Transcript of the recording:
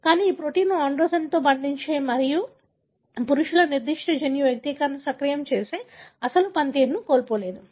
కానీ ఈ ప్రోటీన్లు ఆండ్రోజెన్తో బంధించే మరియు పురుషుల నిర్దిష్ట జన్యు వ్యక్తీకరణను సక్రియం చేసే అసలు పనితీరును కోల్పోలేదు